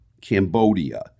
Cambodia